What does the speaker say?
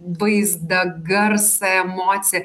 vaizdą garsą emociją